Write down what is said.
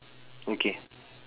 okay